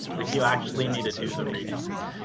like you actually need to do the readings.